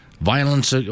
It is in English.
Violence